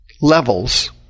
levels